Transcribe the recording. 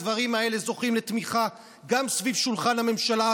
הדברים האלה זוכים לתמיכה גם סביב שולחן הממשלה,